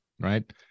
right